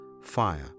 fire